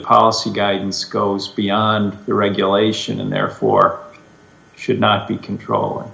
policy guidance goes beyond the regulation and therefore should not be controll